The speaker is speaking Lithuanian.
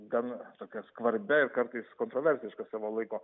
gan tokia skvarbia ir kartais kontroversiška savo laiko